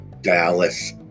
Dallas